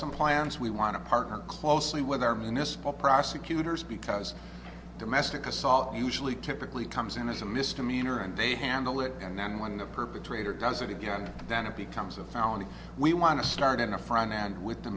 some plans we want to partner closely with our municipal prosecutors because domestic assault usually typically comes in as a misdemeanor and they handle it and then when the perpetrator does it again then it becomes a foul and we want to start in a front end with the